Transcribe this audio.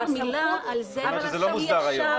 מילה על זה ------ שזה לא מוסדר היום.